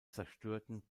zerstörten